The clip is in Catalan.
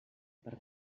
per